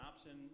option